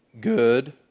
good